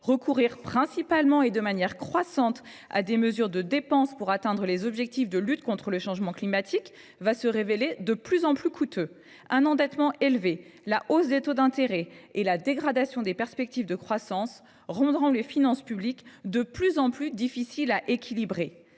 recourir principalement et de manière croissante à des mesures de dépenses pour atteindre les objectifs de lutte contre le changement climatique va se révéler de plus en plus coûteux. Un endettement élevé, la hausse des taux d’intérêt et la dégradation des perspectives de croissance rendront les finances publiques de plus en plus difficiles à équilibrer.